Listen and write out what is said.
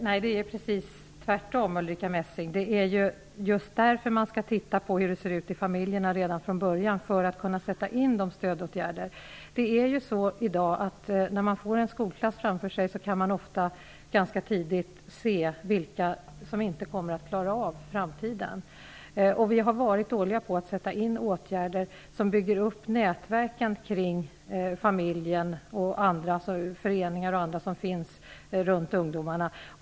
Herr talman! Nej, Ulrica Messing, det är precis tvärtom. Det är just för att kunna sätta in de stödåtgärder som krävs som man skall undersöka hur det ser ut i familjerna redan från början. När man får en skolklass framför sig i dag kan man ofta ganska tidigt se vilka barn som inte kommer att klara av framtiden. Vi har varit dåliga på att sätta in åtgärder som bygger upp nätverken kring familjen, föreningar och andra runt ungdomarna.